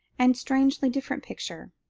and strangely different picture.